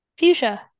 fuchsia